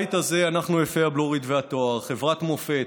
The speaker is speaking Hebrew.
בבית הזה אנחנו יפי הבלורית והתואר, חברת מופת,